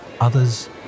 others